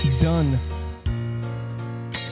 done